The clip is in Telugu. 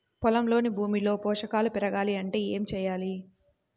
పొలంలోని భూమిలో పోషకాలు పెరగాలి అంటే ఏం చేయాలి?